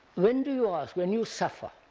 when do you ask? when you suffer.